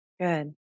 Good